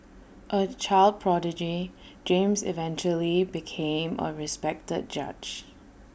A child prodigy James eventually became A respected judge